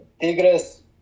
Tigres